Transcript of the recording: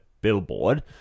billboard